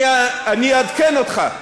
אני אעדכן אותך: